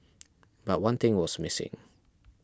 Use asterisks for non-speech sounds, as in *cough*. *noise* but one thing was missing